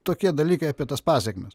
tokie dalykai apie tas pasekmes